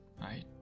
right